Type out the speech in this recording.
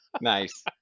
Nice